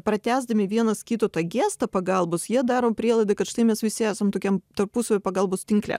pratęsdami vienas kito tą gestą pagalbos jie daro prielaidą kad štai mes visi esam tokiam tarpusavio pagalbos tinkle